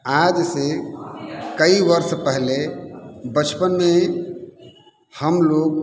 आज से कई वर्ष पहले बचपन में हमलोग